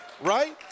right